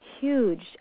huge